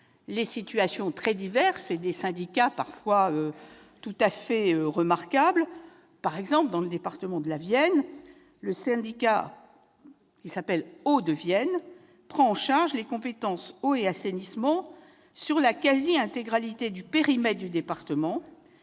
les situations très diverses, avec des syndicats parfois tout à fait remarquables. Dans le département de la Vienne, par exemple, le syndicat Eaux de Vienne prend en charge les compétences « eau et assainissement » sur la quasi-intégralité du périmètre du département